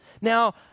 Now